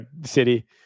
City